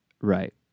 Right